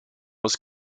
was